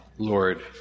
Lord